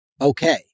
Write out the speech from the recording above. okay